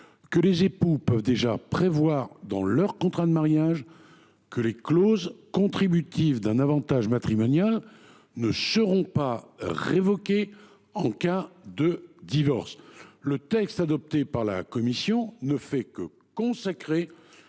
que les époux peuvent déjà prévoir, dans leur contrat de mariage, que les clauses contributives d’un avantage matrimonial ne seront pas révoquées en cas de divorce. Le texte de la commission ne fait que consacrer,